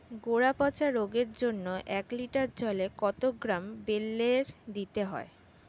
গোড়া পচা রোগের জন্য এক লিটার জলে কত গ্রাম বেল্লের দিতে হবে?